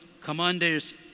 Commanders